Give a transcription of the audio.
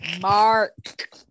Mark